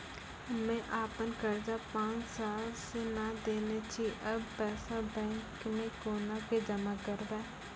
हम्मे आपन कर्जा पांच साल से न देने छी अब पैसा बैंक मे कोना के जमा करबै?